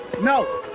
No